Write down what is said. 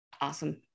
Awesome